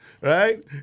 Right